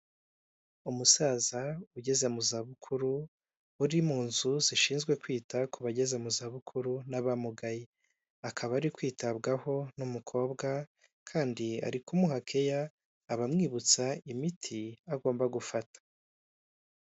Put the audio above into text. Umusaza ugeze mu zabukuru, uri mu nzu zishinzwe kwita ku bageze mu zabukuru n'abamugaye, akaba ari kwitabwaho n'umukobwa kandi ari kumuha keya, aba amwibutsa imiti agomba gufata.